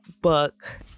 book